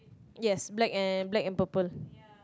yes black and black and purple